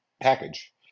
package